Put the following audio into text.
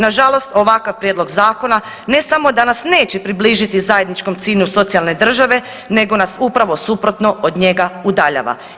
Nažalost ovakav prijedlog zakona ne samo da nas neće približiti zajedničkom cilju socijalne države nego nas upravo suprotno od njega udaljava.